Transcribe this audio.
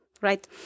right